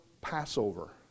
passover